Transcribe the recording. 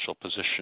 position